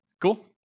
Cool